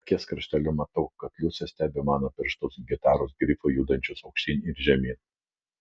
akies krašteliu matau kad liusė stebi mano pirštus gitaros grifu judančius aukštyn ir žemyn